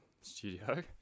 studio